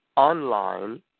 online